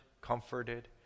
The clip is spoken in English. comforted